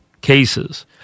cases